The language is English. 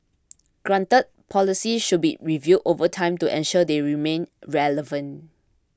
granted policies should be reviewed over time to ensure they remain relevant